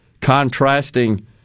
contrasting